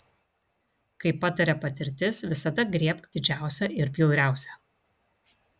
kaip pataria patirtis visada griebk didžiausią ir bjauriausią